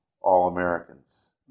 All-Americans